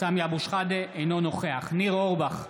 אינו נוכח ניר אורבך,